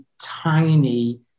tiny